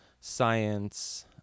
science